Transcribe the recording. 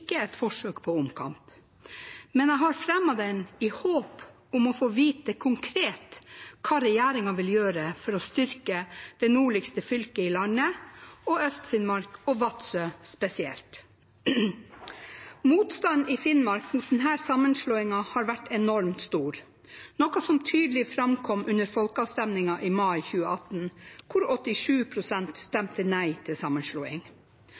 et forsøk på omkamp, men jeg har fremmet den i håp om å få vite konkret hva regjeringen vil gjøre for å styrke det nordligste fylket i landet, og Øst-Finnmark og Vadsø spesielt. Motstanden i Finnmark mot denne sammenslåingen har vært enormt stor, noe som tydelig framkom under folkeavstemningen i mai 2018, hvor 87 pst. stemte nei til sammenslåing.